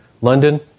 London